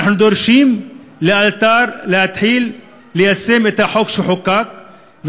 ואנחנו דורשים להתחיל לאלתר ליישם את החוק שחוקק.